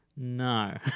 No